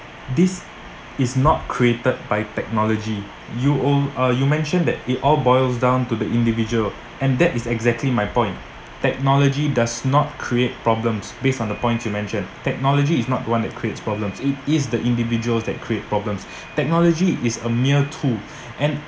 this is not created by technology you al~ uh you mentioned that it all boils down to the individual and that is exactly my point technology does not create problems based on the point you mentioned technology is not the one that creates problems it is the individuals that create problems technology is a mere tool and